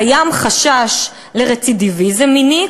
קיים חשש לרצידיביזם מיני",